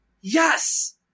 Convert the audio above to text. Yes